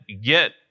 get